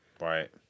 Right